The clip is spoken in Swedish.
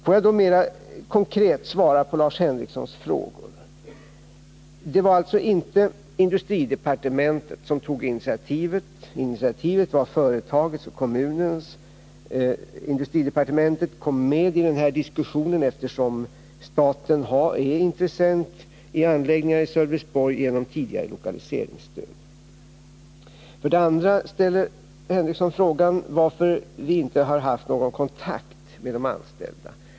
Får jag mer konkret svara på Lars Henriksons frågor. För det första var det alltså inte industridepartementet som tog initiativet. Initiativet var företagets och kommunens. Industridepartementet kom med i diskussionen eftersom staten är intressent i anläggningarna i Sölvesborg genom tidigare lokaliseringsstöd. För det andra ställer Lars Henrikson frågan varför vi inte haft någon kontakt med de anställda.